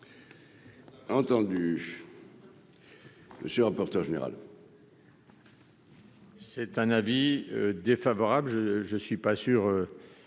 Entendu monsieur rapporteur général.